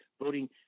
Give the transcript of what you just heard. voting